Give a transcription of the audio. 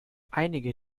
einige